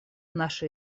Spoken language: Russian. нашей